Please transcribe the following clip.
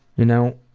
you know,